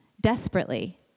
desperately